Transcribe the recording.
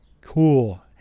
cool